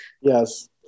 Yes